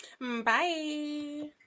Bye